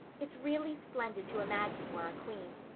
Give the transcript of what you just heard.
it's really splendid to imagine you are a queen.